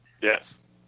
Yes